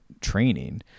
training